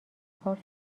کار